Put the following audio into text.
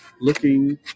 looking